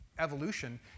Evolution